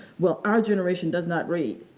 well our generation does not read.